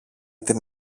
την